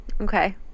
Okay